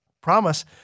promise